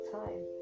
time